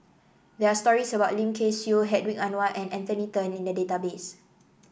there are stories about Lim Kay Siu Hedwig Anuar and Anthony Then in the database